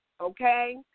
okay